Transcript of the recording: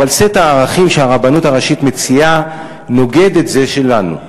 אבל סט הערכים שהרבנות הראשית מציעה נוגד את זה שלנו.